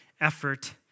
effort